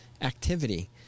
activity